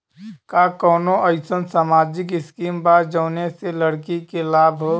का कौनौ अईसन सामाजिक स्किम बा जौने से लड़की के लाभ हो?